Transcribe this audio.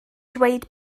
dweud